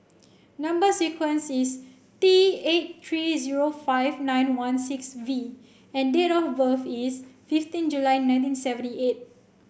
number sequence is T eight three zero five nine one six V and date of birth is fifteen July nineteen seventy eight